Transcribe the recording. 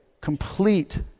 complete